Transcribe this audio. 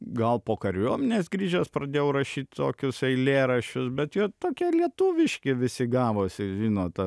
gal po kariuomenės grįžęs pradėjau rašytitokius eilėraščius bet jie tokie lietuviški visi gavosi žinot